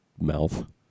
mouth